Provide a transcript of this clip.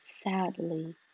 Sadly